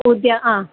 उद्या आ